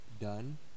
done